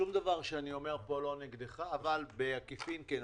שום דבר שאני אומר כאן לא נגדך אבל בעקיפין כן.